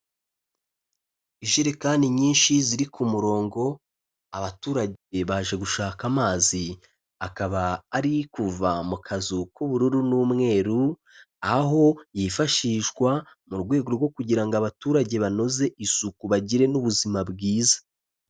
Ijerekani nyinshi ziri ku murongo, abaturage baje gushaka amazi, akaba ari kuva mu kazu k'ubururu n'umweru, aho yifashishwa mu rwego rwo kugira ngo abaturage banoze isuku bagire n'ubuzima bwiza.